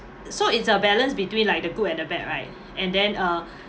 so it's a balance between like the good at the bad right and then uh